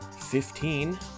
Fifteen